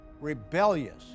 rebellious